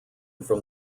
from